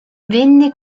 venne